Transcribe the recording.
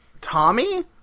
Tommy